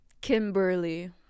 Kimberly